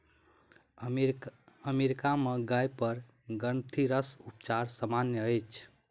America में गाय पर ग्रंथिरस उपचार सामन्य अछि